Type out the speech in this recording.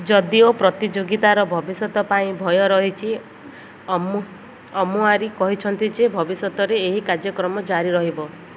ଯଦିଓ ପ୍ରତିଯୋଗିତାର ଭବିଷ୍ୟତ ପାଇଁ ଭୟ ରହିଛି ଅମୁଆରୀ କହିଛନ୍ତି ଯେ ଭବିଷ୍ୟତରେ ଏହି କାର୍ଯ୍ୟକ୍ରମ ଜାରି ରହିବ